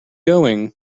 going